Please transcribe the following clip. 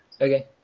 Okay